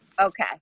Okay